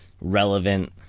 relevant